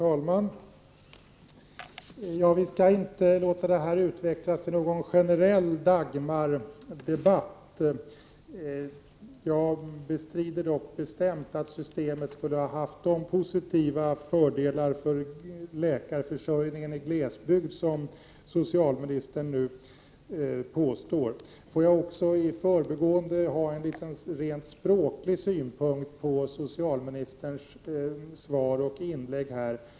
Fru talman! Vi skall inte låta detta utvecklas till en generell Dagmardebatt. Jag bestrider dock bestämt att systemet skulle ha haft de positiva fördelar för läkarförsörjningen i glesbygd som socialministern här påstår. Får jag i förbigående ha en liten språklig synpunkt på socialministerns inlägg.